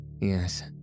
Yes